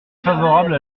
favorable